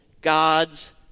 God's